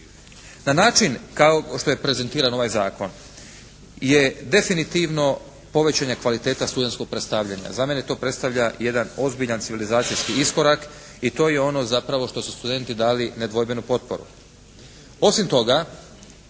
Na način kao što je prezentiran ovaj Zakon je definitivno povećana kvaliteta studentskog predstavljanja. Za mene to predstavlja jedan ozbiljan civilizacijski iskorak i to je ono zapravo što su studenti dali nedvojbenu potporu.